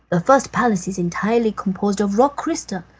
the first palace is entirely composed of rock crystal,